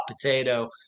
potato